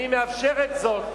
אני מאפשרת זאת,